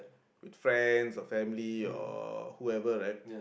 with friends or family or whoever right